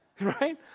Right